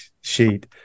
sheet